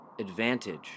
advantage